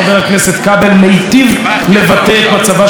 ומיטיב לבטא את מצבה של מפלגת העבודה,